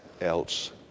else